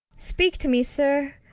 speak to me. sir,